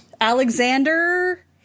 Alexander